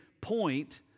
point